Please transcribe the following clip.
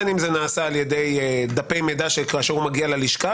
בין אם זה נעשה על ידי דפי מידע כאשר הוא מגיע ללשכה